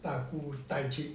大姑带去